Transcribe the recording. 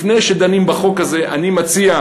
לפני שדנים בחוק הזה אני מציע,